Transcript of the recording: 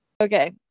Okay